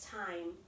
time